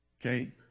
Okay